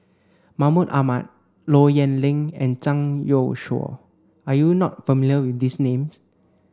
Mahmud Ahmad Low Yen Ling and Zhang Youshuo are you not familiar with these name